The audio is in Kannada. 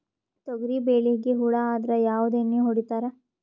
ತೊಗರಿಬೇಳಿಗಿ ಹುಳ ಆದರ ಯಾವದ ಎಣ್ಣಿ ಹೊಡಿತ್ತಾರ?